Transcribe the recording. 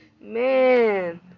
Man